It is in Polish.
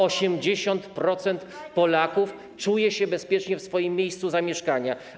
80% Polaków czuje się bezpiecznie w swoim miejscu zamieszkania.